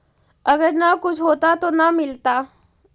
अगर न कुछ होता तो न मिलता?